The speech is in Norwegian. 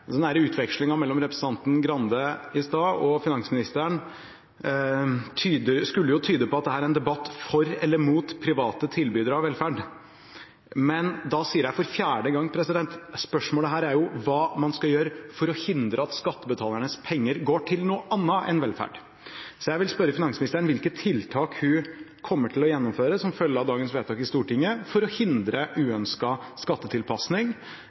mellom representanten Skei Grande og finansministeren skulle tyde på at dette er en debatt for eller mot private tilbydere av velferd. Men da sier jeg for fjerde gang: Spørsmålet her er hva man skal gjøre for å hindre at skattebetalernes penger går til noe annet enn velferd. Så jeg vil spørre finansministeren om hvilke tiltak hun kommer til å gjennomføre som følge av dagens vedtak i Stortinget for å hindre uønsket skattetilpasning